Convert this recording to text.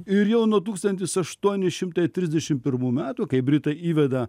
ir jau nuo tūkstantis aštuoni šimtai trisdešim pirmų metų kai britai įveda